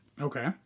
Okay